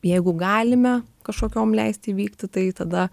jeigu galime kažkokiom leist įvykti tai tada